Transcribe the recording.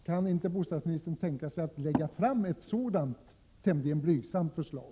Kan inte bostadsministern tänka sig att lägga fram ett sådant tämligen blygsamt förslag?